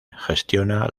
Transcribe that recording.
gestiona